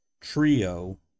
trio